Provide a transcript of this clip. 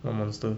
what monster